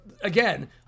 again